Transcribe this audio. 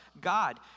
God